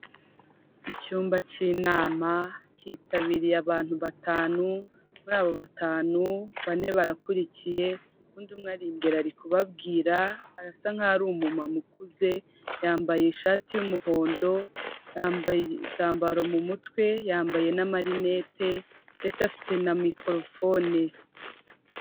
Icyumba cy'inama hitabiriye abantu batanu, muri abo batanu, bane barakurikiye, undi umwe ari imbere ari kubabwira, arasa nk'aho ari umumama ukuze, yambaye ishati y'umuhondo, yambaye igitambaro mu mutwe, yambaye n'amarinete ndetse afite na mikorofone.